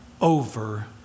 over